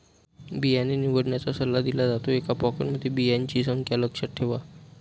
बियाणे निवडण्याचा सल्ला दिला जातो, एका पॅकेटमध्ये बियांची संख्या लक्षात ठेवा